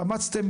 התאמצם,